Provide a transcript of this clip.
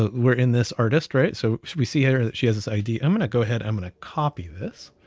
ah we're in this artist, right? so we see here that she has this id. i'm gonna go ahead, i'm going to copy this,